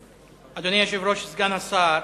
היושב-ראש, סגן השר,